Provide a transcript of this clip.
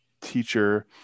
teacher